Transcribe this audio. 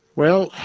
well,